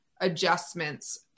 adjustments